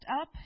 up